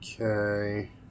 Okay